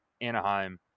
Anaheim